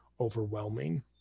overwhelming